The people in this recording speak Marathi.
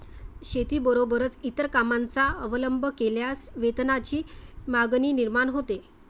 शेतीबरोबरच इतर कामांचा अवलंब केल्यास वेतनाची मागणी निर्माण होते